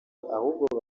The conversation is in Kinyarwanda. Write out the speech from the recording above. ahubwo